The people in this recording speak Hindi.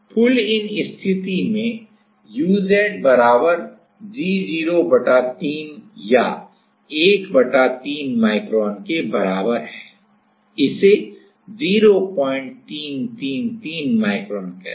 पुल इन की स्थिति में uz बराबर g 0 बटा 3 या 1 बटा 3 माइक्रोन के बराबर होता है इसे 0333 माइक्रोन कहते हैं